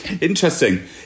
Interesting